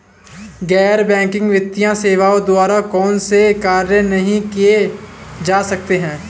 गैर बैंकिंग वित्तीय सेवाओं द्वारा कौनसे कार्य नहीं किए जा सकते हैं?